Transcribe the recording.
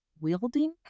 wielding